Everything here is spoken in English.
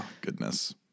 goodness